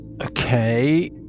Okay